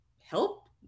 help